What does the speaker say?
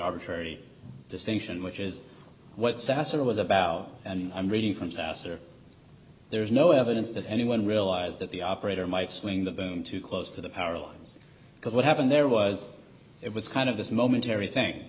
arbitrary distinction which is what sasser was about and i'm reading from sasser there is no evidence that anyone realized that the operator might swing the boom too close to the power lines because what happened there was it was kind of this momentary thing